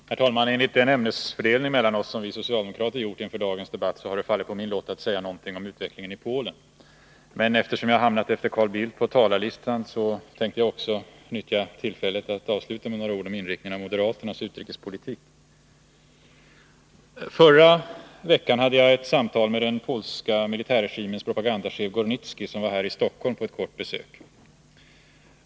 Herr talman! Enligt den ämnesfördelning som vi socialdemokrater gjort mellan oss inför dagens debatt har det fallit på min lott att säga något om utvecklingen i Polen. Men eftersom jag hamnat efter Carl Bildt på talarlistan, tänkte jag också utnyttja tillfället att avsluta med några ord om inriktningen av moderaternas utrikespolitik. Förra veckan hade jag ett samtal med den polska militärregimens propagandachef Gornicki, som var här i Stockholm på ett kort besök.